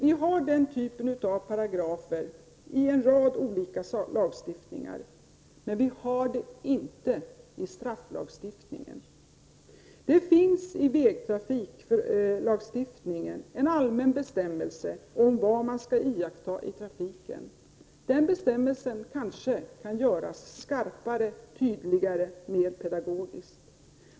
Vi har den typen av paragrafer i en rad olika lagstiftningar, men vi har dem inte i strafflagstiftningen. I vägtrafiklagstiftningen finns en allmän bestämmelse om vad man skall iaktta i trafiken. Den bestämmelsen kan kanske göras skarpare, tydligare och mer pedagogisk.